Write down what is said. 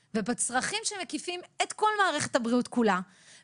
ובצרכים שמקיפים את כל מערכת הבריאות כולה,